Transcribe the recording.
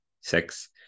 six